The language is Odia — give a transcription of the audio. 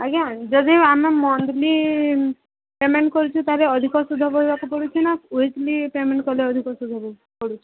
ଆଜ୍ଞା ଯଦି ଆମେ ମନ୍ଥଲି ପେମେଣ୍ଟ୍ କରୁଛୁ ତା'ହେଲେ ଅଧିକ ସୁଧ ଭରିବାକୁ ପଡ଼ୁଛି ନା ୱିକ୍ଲି ପେମେଣ୍ଟ୍ କଲେ ଅଧିକ ସୁଧ ପଡ଼ୁଛି